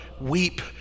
weep